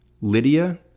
Lydia